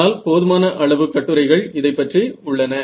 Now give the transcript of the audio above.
ஆனால் போதுமான அளவு கட்டுரைகள் இதைப் பற்றி உள்ளன